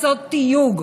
לעשות תיוג,